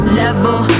level